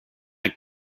that